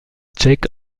tchèque